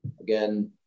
again